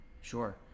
Sure